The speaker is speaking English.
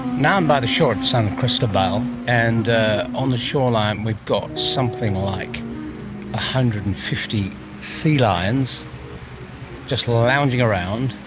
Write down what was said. now i'm by the shore of san cristobal, and on the shoreline we've got something like one ah hundred and fifty sea lions just lounging around,